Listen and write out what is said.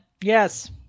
Yes